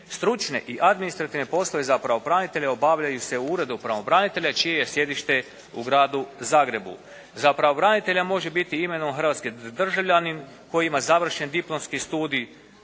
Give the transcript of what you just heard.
Stručne i administrativne poslove za pravobranitelja obavljaju se u Uredu pravobranitelja čije je sjedište u Gradu Zagrebu. Za pravobranitelja može biti imenovan hrvatski državljanin koji ima završen diplomski studij